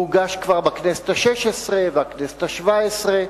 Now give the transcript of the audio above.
הוא הוגש כבר בכנסת השש-עשרה ובכנסת השבע-עשרה.